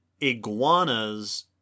iguanas